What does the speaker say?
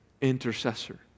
intercessor